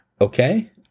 Okay